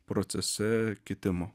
procese kitimo